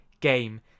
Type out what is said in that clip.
game